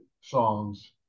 songs